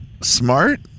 smart